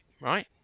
right